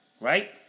right